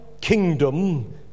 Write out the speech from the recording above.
kingdom